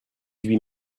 huit